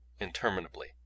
Interminably